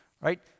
right